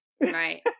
Right